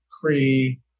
Cree